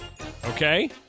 Okay